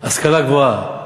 השכלה גבוהה,